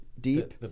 deep